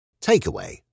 Takeaway